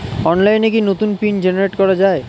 অনলাইনে কি নতুন পিন জেনারেট করা যায়?